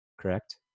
correct